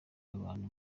abantu